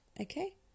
Okay